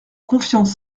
confiance